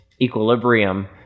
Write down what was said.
equilibrium